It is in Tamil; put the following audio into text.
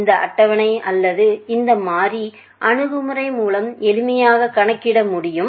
இந்த அட்டவணை அல்லது இந்த மாறி அணுகுமுறை மூலம் எளிமையாக கணக்கிட முடியும்